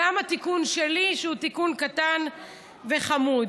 גם התיקון שלי, שהוא תיקון קטן וחמוד.